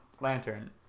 Lantern